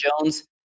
Jones